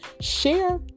Share